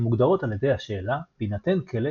המוגדרות על ידי השאלה בהינתן קלט,